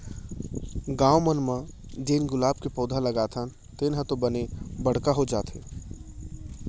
गॉव मन म जेन गुलाब के पउधा लगाथन तेन ह तो बने बड़का हो जाथे